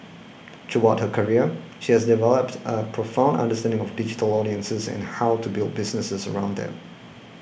throughout her career she has developed a profound understanding of digital audiences and how to build businesses around them